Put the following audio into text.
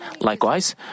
Likewise